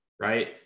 right